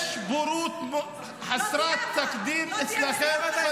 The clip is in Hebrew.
יש בורות חסרת תקדים אצלכם.